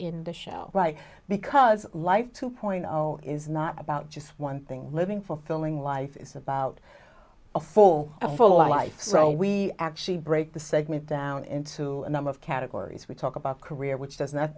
in the show right because life two point zero is not about just one thing living fulfilling life it's about a full life so we actually break the segment down into a number of categories we talk about career which does